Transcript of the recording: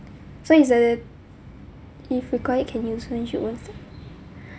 so it's a if required can use when she older